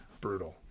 Brutal